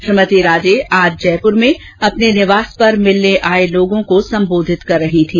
श्रीमती राजे आज जयप्र में अपने निवास पर मिलने आए लोगों को संबोधित कर रही थी